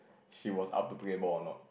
she was up to play a ball or not